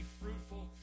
fruitful